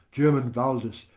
german valdes,